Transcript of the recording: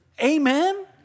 Amen